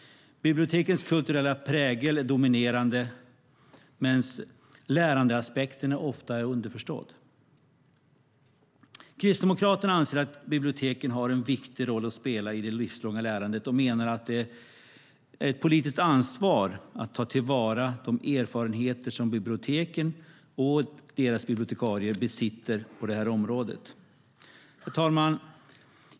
Bibliotekens kulturella prägel är dominerande medan lärandeaspekten ofta är underförstådd. Kristdemokraterna anser att biblioteken har en viktig roll att spela i det livslånga lärandet och menar att det är ett politiskt ansvar att ta till vara de erfarenheter som biblioteken och deras bibliotekarier besitter på det här området. Herr talman!